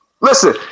Listen